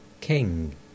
King